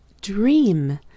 dream